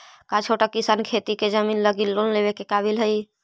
का छोटा किसान खेती के जमीन लगी लोन लेवे के काबिल हई?